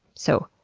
so,